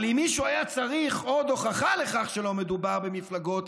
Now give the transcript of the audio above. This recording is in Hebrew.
אבל אם מישהו היה צריך עוד הוכחה לכך שלא מדובר במפלגות